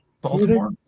Baltimore